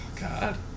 God